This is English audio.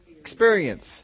experience